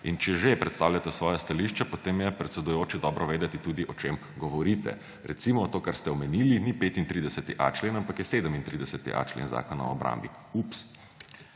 In če že predstavljate svoja stališča, potem je, predsedujoči, dobro vedeti tudi, o čem govorite. Recimo to, kar ste omenili, ni 35.a člen, ampak je 37.a člen Zakona o obrambi. Ups!